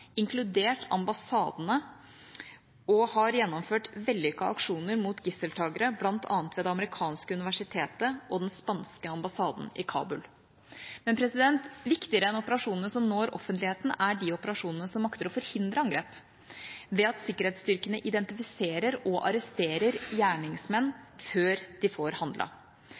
inkludert ambassadene, og har gjennomført vellykkede aksjoner mot gisseltakere, bl.a. ved det amerikanske universitetet og den spanske ambassaden i Kabul. Men viktigere enn operasjonene som når offentligheten, er de operasjonene som makter å forhindre angrep, ved at sikkerhetsstyrkene identifiserer og arresterer gjerningsmenn før de får